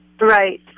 Right